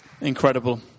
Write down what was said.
Incredible